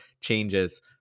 changes